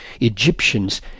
Egyptians